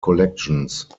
collections